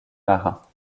marins